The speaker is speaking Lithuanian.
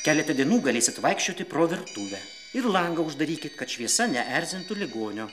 keletą dienų galėsit vaikščioti pro virtuvę ir langą uždarykit kad šviesa neerzintų ligonio